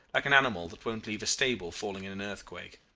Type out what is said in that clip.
like an animal that won't leave a stable falling in an earthquake.